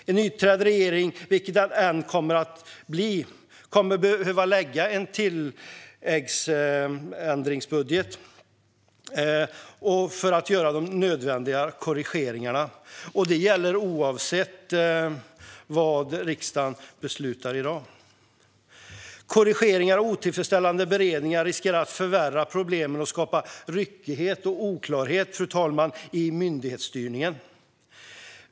En nytillträdd regering, vilken den än kommer att bli, behöver lägga fram en ändringsbudget för att göra nödvändiga korrigeringar. Det gäller oavsett vad riksdagen beslutar i dag. Korrigeringar och otillfredsställande beredningar riskerar, fru talman, att förvärra problemen och skapa ryckighet och oklarhet i myndighetsstyrningen.